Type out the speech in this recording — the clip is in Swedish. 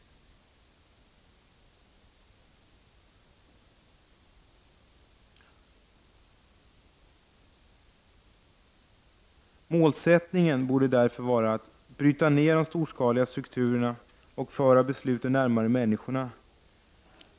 Målsättningen borde därför vara att bryta ned de storskaliga strukturerna och föra besluten närmare människorna.